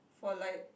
for like